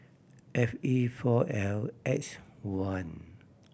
F E four L X one